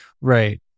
Right